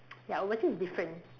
ya I would say it's different